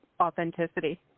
authenticity